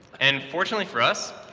and fortunately, for us,